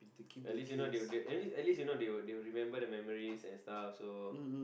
at least you know they will they at least at least you know they will they will remember the memories and stuff so